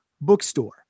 bookstore